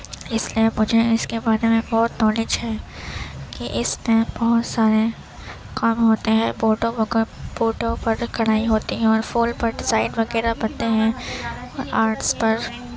اس لیے مجھے اس کے بارے میں بہت نالج ہے کہ اس میں بہت سارے کام ہوتے ہیں بوٹوں بوٹوں پر کڑھائی ہوتی ہے اور پھول پر ڈیزائن وغیرہ بنتے ہیں آرٹس پر